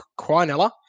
Quinella